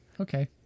Okay